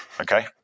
Okay